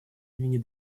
имени